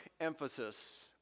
emphasis